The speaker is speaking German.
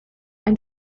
ein